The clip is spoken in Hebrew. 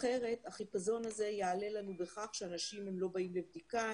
אחרת החיפזון הזה יעלה לנו בכך שאנשים לא באים לבדיקה,